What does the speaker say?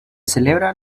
celebra